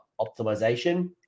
optimization